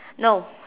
no